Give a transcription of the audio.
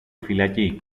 φυλακή